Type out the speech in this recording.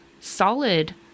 solid